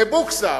בבוקסה,